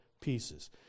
pieces